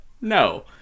No